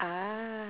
ah